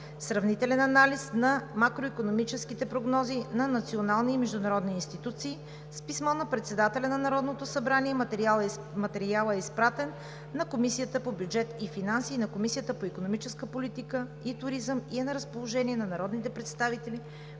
„Сравнителен анализ на макроикономическите прогнози на национални и международни институции“. С писмо на председателя на Народното събрание материалът е изпратен на Комисията по бюджет и финанси и Комисията по икономическа политика и туризъм и е на разположение на народните представители